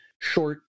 short